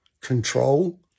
control